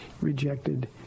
rejected